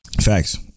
Facts